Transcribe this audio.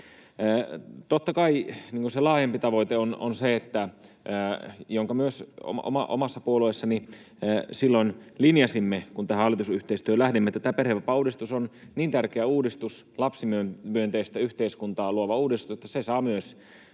Totta kai se laajempi tavoite, jonka myös omassa puolueessani silloin linjasimme, kun tähän hallitusyhteistyöhön lähdimme, on se, että tämä perhevapaauudistus on niin tärkeä uudistus, lapsimyönteistä yhteiskuntaa luova uudistus, että se saa myös